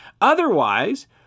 otherwise